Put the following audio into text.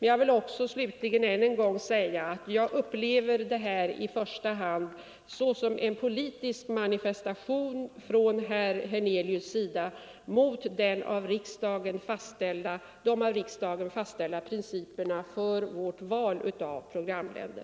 Jag vill slutligen ännu en gång säga att jag i första hand upplever detta såsom en politisk manifestation från herr Hernelius” sida, en manifestation mot de av riksdagen själv fastställda principerna för vårt val av programländer.